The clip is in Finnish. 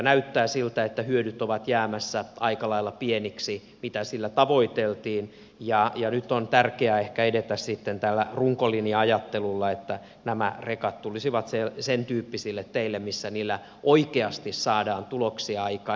näyttää siltä että ne hyödyt ovat jäämässä aika lailla pieniksi mitä sillä tavoiteltiin ja nyt on tärkeää ehkä edetä sitten tällä runkolinja ajattelulla että nämä rekat tulisivat sentyyppisille teille missä niillä oikeasti saadaan tuloksia aikaan